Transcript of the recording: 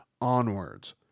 onwards